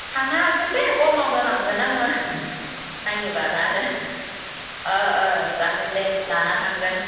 थांनो हागोन दे खमावनो लांगोन आङो नायनोब्ला आरो जागोन दे लाना थांगोन